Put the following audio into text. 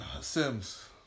Sims